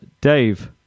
Dave